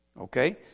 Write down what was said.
Okay